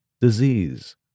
disease